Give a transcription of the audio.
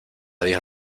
dios